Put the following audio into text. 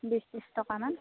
বিছ তিছ টকামান